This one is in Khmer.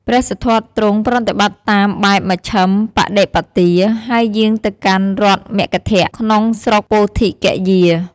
ព្រះសិទ្ធត្ថទ្រង់ប្រតិបត្តិតាមបែបមជ្ឈិមបដិបទា ហើយយាងទៅកាន់រដ្ឋមគធ ក្នុងស្រុកពោធិគយា។